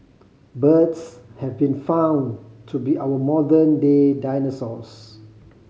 birds have been found to be our modern day dinosaurs